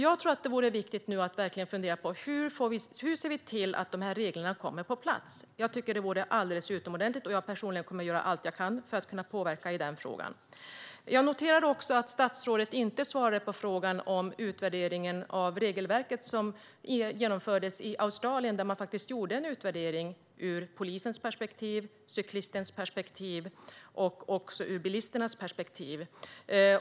Jag tror att det vore viktigt att man nu verkligen funderar på hur vi ska se till att reglerna kommer på plats. Det vore alldeles utomordentligt, och jag kommer personligen att göra allt jag kan för att påverka i frågan. Jag noterar att statsrådet inte svarade på frågan om utvärdering av det regelverk som genomfördes i Australien, där man gjorde en utvärdering ur polisens perspektiv, ur cyklistens perspektiv och ur bilistens perspektiv.